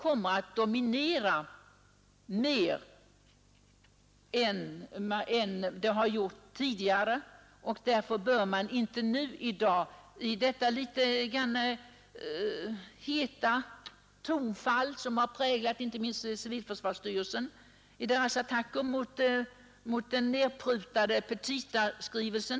Det är obefogat att ta till så heta tonfall som inte minst civilförsvarsstyrelsen gjort vid nedprutningen av styrelsens petitaskrivelse.